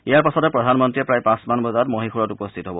ইয়াৰ পাছতে প্ৰধানমন্ত্ৰীয়ে প্ৰায় পাঁচ মান বজাত মহীশূৰত উপস্থিত হব